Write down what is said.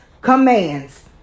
commands